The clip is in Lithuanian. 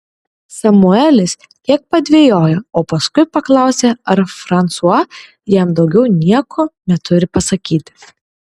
samuelis kiek padvejojo o paskui paklausė ar fransua jam daugiau nieko neturi pasakyti